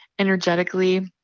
energetically